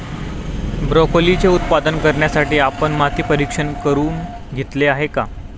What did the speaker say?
ब्रोकोलीचे उत्पादन करण्यासाठी आपण माती परीक्षण करुन घेतले आहे का?